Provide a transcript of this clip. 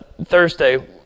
Thursday